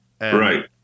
right